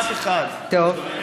תגיד לי, מותר לדבר בשפה, משפט אחד.